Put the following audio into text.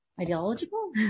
ideological